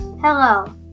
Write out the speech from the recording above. Hello